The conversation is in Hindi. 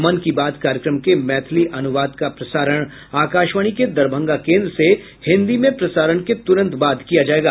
मन की बात कार्यक्रम के मैथिली अनुवाद का प्रसारण आकाशवाणी के दरभंगा केन्द्र से हिन्दी में प्रसारण के तुरंत बाद किया जायेगा